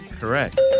Correct